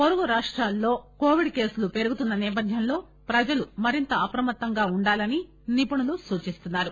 పొరుగు రాష్టాలలో కోవిడ్ కేసులు పెరుగుతున్న నేపథ్యంలో ప్రజలు మరింత అప్రమత్తంగా ఉండాలని నిపుణులు సూచిస్తున్నారు